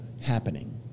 happening